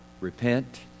Repent